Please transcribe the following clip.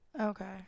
Okay